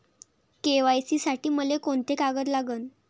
KYC साठी मले कोंते कागद लागन?